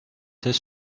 c’est